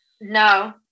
no